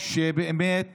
שבאמת